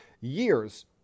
years